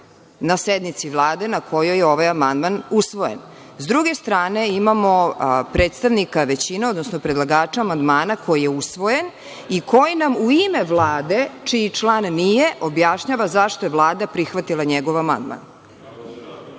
na sednici Vlade na kojoj je ovaj amandman usvojen. Sa druge strane imamo predstavnika većine, odnosno predlagača amandmana koji je usvojen i koji nam u ime Vlade, čiji član nije, objašnjava zašto je Vlada prihvatila njegov amandman. Ja